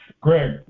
Greg